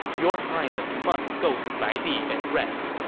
your highness must go to baidi and rest.